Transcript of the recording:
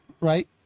right